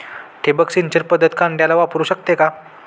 ठिबक सिंचन पद्धत कांद्याला वापरू शकते का?